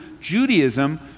Judaism